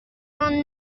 vingt